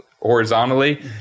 horizontally